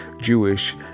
Jewish